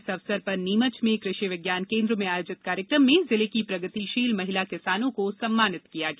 इस अवसर पर नीमच में कृषि विज्ञान केन्द्र में आयोजित कार्यक्रम में जिले की प्रगतिशील महिला किसानों को सम्मानित किया गया